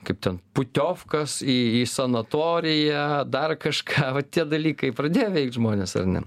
kaip ten putiovkos į į sanatoriją dar kažką va tie dalykai pradėjo veikt žmones ar ne